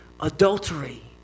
adultery